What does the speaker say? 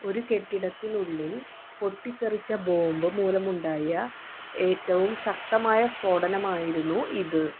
ഒരു കെട്ടിടത്തിനുള്ളിൽ പൊട്ടിത്തെറിച്ച ബോംബ് മൂലമുണ്ടായ ഏറ്റവും ശക്തമായ സ്ഫോടനമായിരുന്നു ഇത്